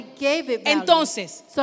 Entonces